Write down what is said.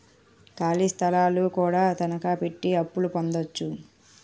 ఖాళీ స్థలాలు కూడా తనకాపెట్టి అప్పు పొందొచ్చు